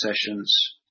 sessions